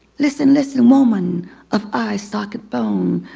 listen, listen woman of eye socket bone.